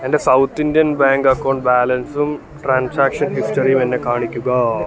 എൻ്റെ South Indian Bank account ബാലൻസും transaction ഹിസ്റ്ററിയും എന്നെ കാണിക്കുക